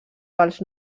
pels